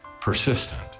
persistent